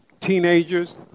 teenagers